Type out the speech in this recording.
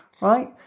right